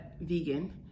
vegan